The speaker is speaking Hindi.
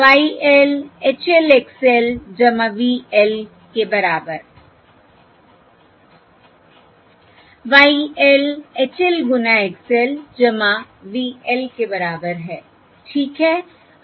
Y l H l X l V l के बराबर Y l H l गुना X l V l के बराबर है ठीक है